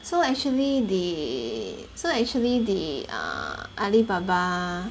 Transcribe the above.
so actually they so actually they are Alibaba